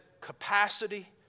capacity